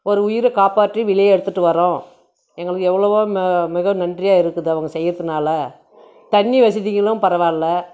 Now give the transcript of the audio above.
ஒரு உயிரை காப்பாற்றி வெளியே எடுத்துகிட்டு வரோம் எங்களுக்கு எவ்வளோவோ மிக நன்றியாக இருக்குது அவங்க செய்கிறதுனால தண்ணிர் வசதிகளும் பரவாயில்லை